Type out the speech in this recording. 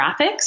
graphics